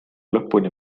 lõpuni